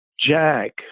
Jack